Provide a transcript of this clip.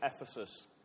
Ephesus